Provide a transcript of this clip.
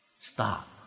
stop